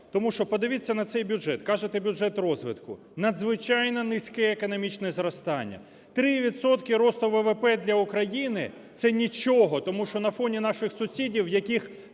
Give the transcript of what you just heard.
Тому що подивіться на цей бюджет, кажете – бюджет розвитку. Надзвичайно низьке економічне зростання: 3 відсотки росту ВВП для України – це нічого, тому що на фоні наших сусідів, в яких